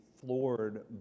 floored